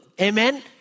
Amen